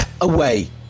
away